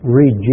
read